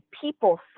people